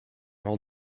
all